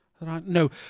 No